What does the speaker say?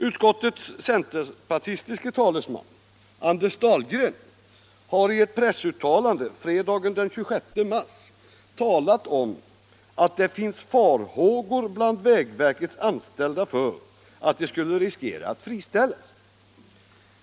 Utskottets centerpartistiske talesman, Anders Dahlgren, har i ett pressuttalande fredagen den 26 mars sagt att det finns farhågor bland vägverkets anställda för att de skulle riskera att friställas.